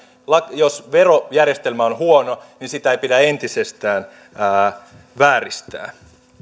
jos verojärjestelmä on huono niin sitä ei pidä entisestään vääristää